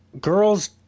girls